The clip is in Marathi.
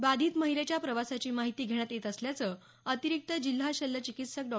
बाधित महिलेच्या प्रवासाची माहिती घेण्यात येत असल्याचं अतिरिक्त जिल्हा शल्य चिकित्सक डॉ